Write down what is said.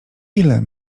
ile